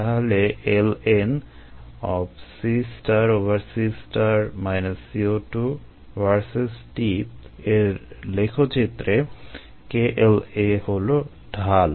তাহলে এর লেখচিত্রে kLa হলো ঢাল